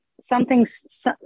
something's